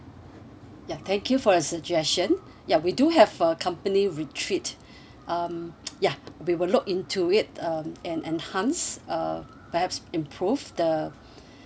ya thank you for your suggestion ya we do have a company retreat um ya we will look into it um and enhance uh perhaps improve the